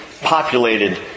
populated